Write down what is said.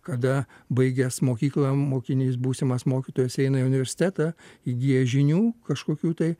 kada baigęs mokyklą mokinys būsimas mokytojas eina į universitetą įgijęs žinių kažkokių tai